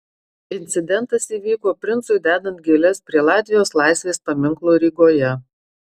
incidentas įvyko princui dedant gėles prie latvijos laisvės paminklo rygoje